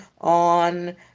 on